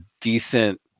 decent